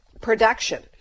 production